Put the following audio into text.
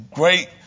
great